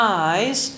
eyes